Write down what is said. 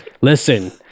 listen